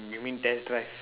you mean test drive